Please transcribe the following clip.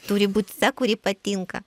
turi būt ta kuri patinka